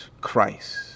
Christ